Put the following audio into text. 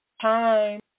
time